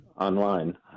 online